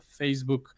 Facebook